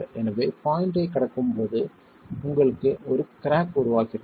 எனவே பாண்ட் ஐக் கடக்கும்போது உங்களுக்கு ஒரு கிராக் உருவாகிறது